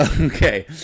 Okay